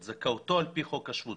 את זכאותו על פי חוק השבות.